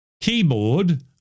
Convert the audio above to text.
keyboard